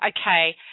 okay